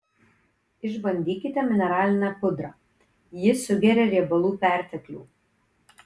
išbandykite mineralinę pudrą ji sugeria riebalų perteklių